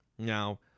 Now